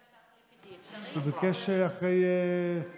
אמסלם ביקש להחליף איתי, אפשרי?